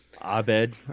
Abed